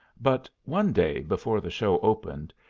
but one day, before the show opened,